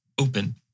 open